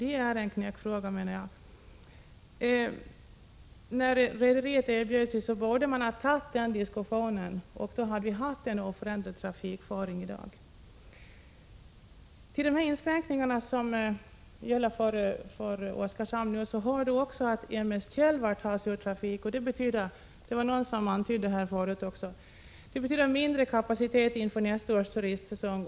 Detta är, enligt min mening, en knäckfråga. Eftersom rederiet kom med ett erbjudande, borde man ha tagit upp en diskussion. Då hade vi haft en oförändrad trafik i dag. Till de inskränkningar som gäller Oskarshamn hör också att M/S Tjelvar tas ur trafik, vilket betyder — som någon antydde — mindre kapacitet inför nästa års turistsäsong.